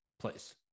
place